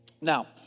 Now